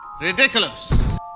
Ridiculous